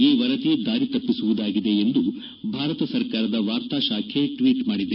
ಈ ವರದಿ ದಾರಿ ತಪ್ಪಿಸುವುದಾಗಿದೆ ಎಂದು ಭಾರತ ಸರ್ಕಾರದ ವಾರ್ತಾ ಶಾಖೆ ಟ್ವೀಟ್ ಮಾಡಿದೆ